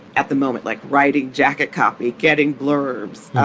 at the moment, like writing jacket, copy, getting blurbs,